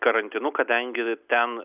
karantinu kadangi ten